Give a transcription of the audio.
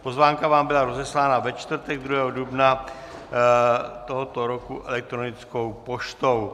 Pozvánka vám byla rozeslána ve čtvrtek 2. dubna tohoto roku elektronickou poštou.